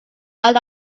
out